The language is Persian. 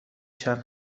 چند